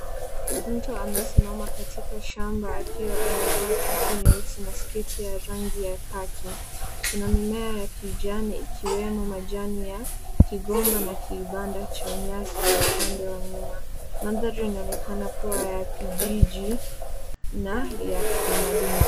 Mtu aesimama katika shamba akiwa amevaa topu nyeusi na sketi ya rangi ya kaki. Kuna mimea ya kijani ikiwemo majani ya kigomba na kibanda cha nyasi upande wa nyuma. Mandhari inaonekana kuwa ya kijiji na ya kitamaduni.